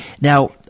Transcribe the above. Now